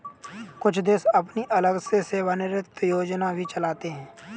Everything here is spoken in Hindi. कुछ देश अपनी अलग से सेवानिवृत्त योजना भी चलाते हैं